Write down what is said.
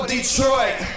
Detroit